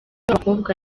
w’abakobwa